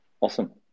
Awesome